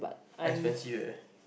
expensive leh